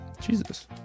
Jesus